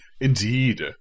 Indeed